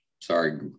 Sorry